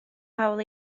hawl